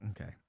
Okay